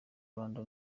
rwanda